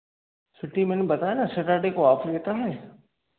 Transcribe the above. छुट्टी मैडम बताया ना सटरडे को ऑफ रहता है